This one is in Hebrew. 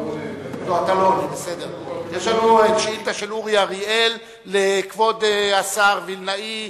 יש לנו שאילתא של אורי אריאל לכבוד השר וילנאי,